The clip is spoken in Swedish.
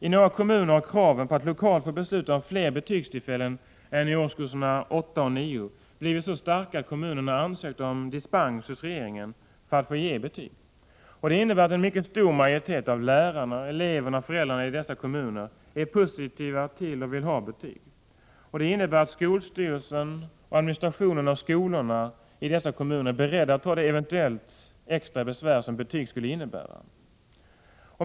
I några kommuner har kraven på att lokalt få besluta om fler betygstillfällen än i årskurserna 8 och 9 blivit så starka att kommunerna ansökt om dispens hos regeringen för att få ge betyg. Det innebär att en mycket stor majoritet av lärarna, eleverna och föräldrarna i dessa kommuner är positiva till och vill ha betyg. Det innebär att skolstyrelsen och administrationen av skolorna i dessa kommuner är beredda att ta det eventuella extra besvär som betyg skulle innebära.